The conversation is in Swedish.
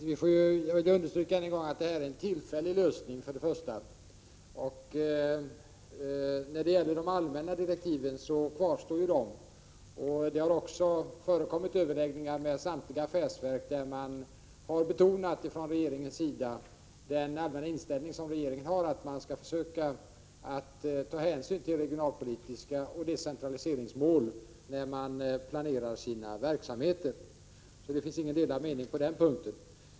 Herr talman! Jag vill än en gång understryka att detta är en tillfällig lösning. De allmänna direktiven kvarstår. Det har förekommit överläggningar med samtliga affärsverk, varvid man från regeringens sida har betonat regeringens allmänna inställning, att affärsverken skall ta hänsyn till regionalpolitiska mål och decentraliseringsmål när de planerar sina verksamheter. Det råder inga delade meningar på den punkten.